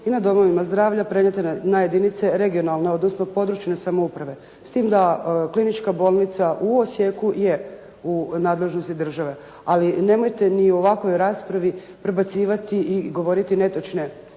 i nad domovima zdravlja prenijeta na jedinice regionalne, odnosno područne samouprave s tim da Klinička bolnica u Osijeku je u nadležnosti države. Ali, nemojte ni u ovakvoj raspravi prebacivati i govoriti netočne